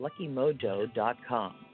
luckymojo.com